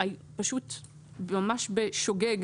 ממש בשוגג,